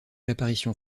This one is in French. l’apparition